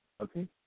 okay